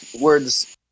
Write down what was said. words